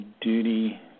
duty